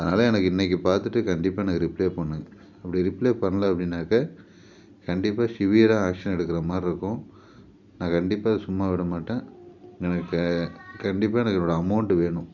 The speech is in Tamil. அதனால் எனக்கு இன்னைக்கு பார்த்துட்டு கண்டிப்பாக எனக்கு ரிப்ளே பண்ணுங்கள் அப்படி ரிப்ளே பண்ணல அப்படின்னாக்கா கண்டிப்பாக சிவியரா ஆக்ஷன் எடுக்கிற மாரிருக்கும் நான் கண்டிப்பாக சும்மா விட மட்டேன் எனக்கு கண்டிப்பாக எனக்கு என்னோடய அமௌண்டு வேணும்